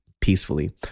peacefully